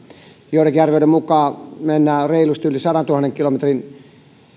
joidenkin arvioiden mukaan mennään reilusti yli sadantuhannen kilometrin